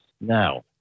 Now